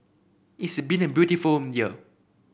it's been a beautiful year